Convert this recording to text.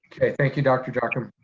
okay, thank you, dr. jocham.